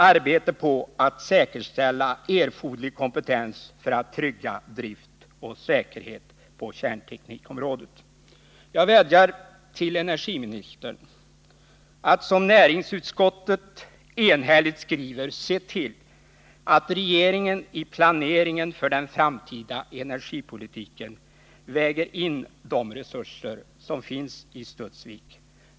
Arbete för att säkerställa erforderlig kompetens för att trygga drift och säkerhet på kärnteknikområdet. Jag vädjar till energiministern att, som näringsutskottet enhälligt skriver, se till att ”regeringen i planeringen för den framtida energipolitiken väger in de resurser som finns vid Studsvik”.